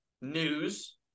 news